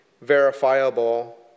verifiable